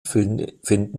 finden